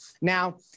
Now